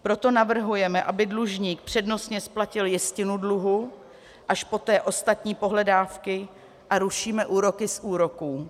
Proto navrhujeme, aby dlužník přednostně splatil jistinu dluhu, až poté ostatní pohledávky, a rušíme úroky z úroků.